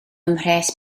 mhres